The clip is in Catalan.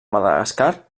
madagascar